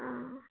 ꯑꯥ